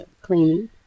Cleaning